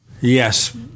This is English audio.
Yes